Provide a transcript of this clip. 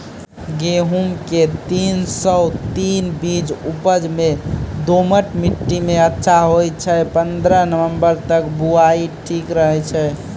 गेहूँम के तीन सौ तीन बीज उपज मे दोमट मिट्टी मे अच्छा होय छै, पन्द्रह नवंबर तक बुआई ठीक रहै छै